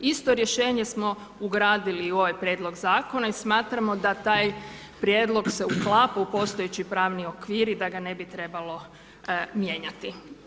Isto rješenje smo ugradili u ovaj prijedlog Zakona i smatramo da taj prijedlog se uklapa u postojeći pravni okvir i da ga ne bi trebalo mijenjati.